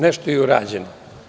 Nešto je i urađeno.